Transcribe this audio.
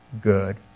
good